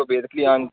so basically हांवें